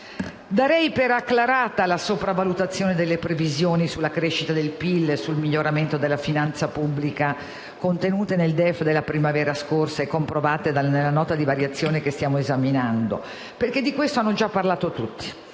Darei per acclarata la sopravvalutazione delle previsioni sulla crescita del PIL e sul miglioramento della finanza pubblica contenuta nel DEF della primavera scorsa e comprovata nella Nota di variazione che stiamo esaminando, perché di questo hanno già parlato tutti: